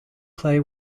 play